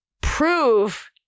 prove